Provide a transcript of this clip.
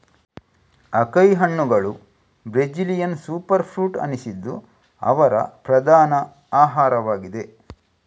acai ಹಣ್ಣುಗಳು Brazilian super fruit ಅನಿಸಿದ್ದು ಅವರ ಪ್ರಧಾನ ಆಹಾರವಾಗಿದೆ